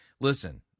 listen